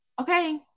okay